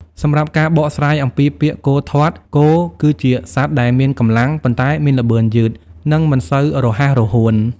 សម្រាប់ការបកស្រាយអំពីពាក្យ "គោធាត់" គោគឺជាសត្វដែលមានកម្លាំង ប៉ុន្តែមានល្បឿនយឺត និងមិនសូវរហ័សរហួន។